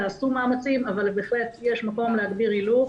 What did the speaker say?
נעשו מאמצים אבל בהחלט יש מקום להגביר הילוך